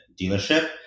dealership